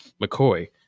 McCoy